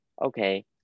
okay